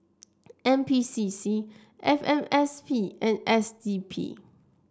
N P C C F M S P and S D P